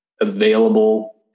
Available